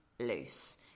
Loose